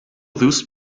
those